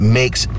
makes